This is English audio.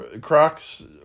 Crocs